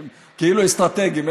שהם כאילו אסטרטגיים,